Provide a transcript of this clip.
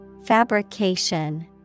Fabrication